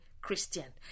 Christian